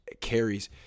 carries